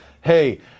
hey